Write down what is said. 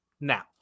now